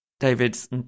David's